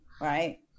right